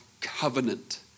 covenant